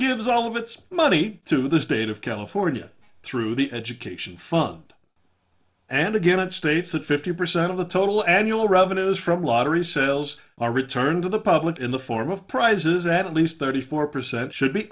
gives all of its money to the state of california through the education fund and again it states that fifty percent of the total annual revenues from lottery sales are returned to the public in the form of prizes at least thirty four percent should be